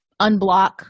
unblock